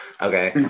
Okay